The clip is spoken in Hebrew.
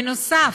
בנוסף,